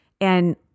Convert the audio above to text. And-